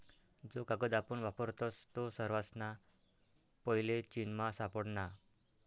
जो कागद आपण वापरतस तो सर्वासना पैले चीनमा सापडना